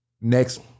next